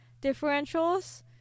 differentials